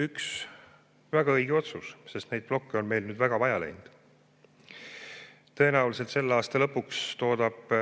oli väga õige otsus, sest neid plokke on meil nüüd vägagi vaja läinud. Tõenäoliselt selle aasta lõpus toodab